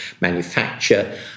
manufacture